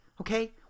okay